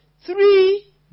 three